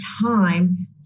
time